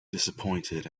disappointed